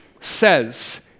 says